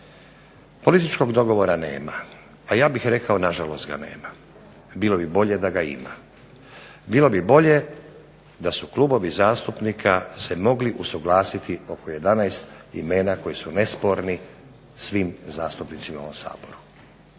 Političkog dogovora nema, a ja bih rekao na žalost ga nema. Bilo bi bolje da ga ima. Bilo bi bolje da su klubovi zastupnika se mogli usuglasiti oko 11 imena koji su nesporni svim zastupnicima u ovom Saboru.